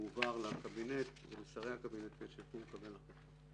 יועבר לקבינט ולשרי הקבינט כדי שיוכלו לקבל החלטה.